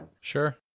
Sure